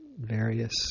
various